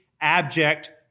abject